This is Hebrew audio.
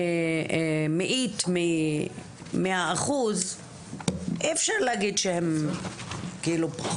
מאית מהאחוז, אי אפשר להגיד שהם פחות.